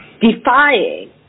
defying